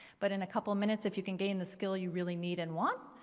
but in a couple minutes if you can gain the skill you really need and want,